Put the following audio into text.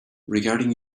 regarding